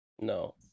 No